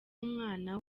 umwana